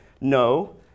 no